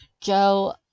joe